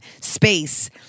space